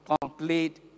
complete